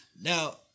now